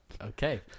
okay